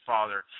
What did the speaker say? Father